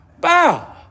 Bow